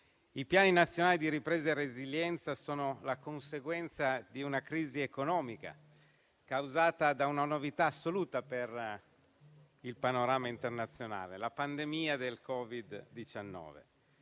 I Piani nazionali di ripresa e resilienza sono la conseguenza di una crisi economica causata da una novità assoluta per il panorama internazionale: la pandemia da Covid-19.